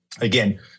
Again